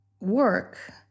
work